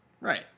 right